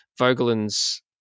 vogelin's